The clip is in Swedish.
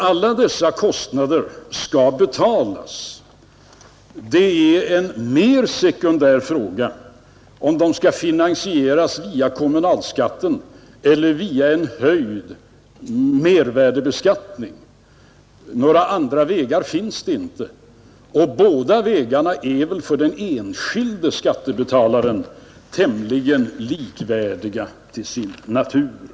Alla dessa kostnader skall betalas. En mer sekundär fråga är om de skall finansieras via kommunalskatten eller via en höjd mervärdebeskattning — några andra vägar finns inte. Båda vägarna är väl för den enskilde skattebetalaren tämligen likvärdiga till sin natur.